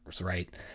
right